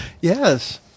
Yes